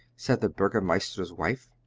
said the burgomeister's wife.